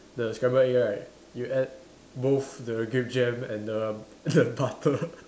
the scrambled egg right you add both the grape jam and the the butter